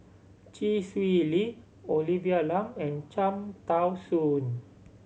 Chee Swee Lee Olivia Lum and Cham Tao Soon